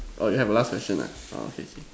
oh you have a last question ah okay Kay